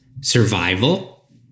Survival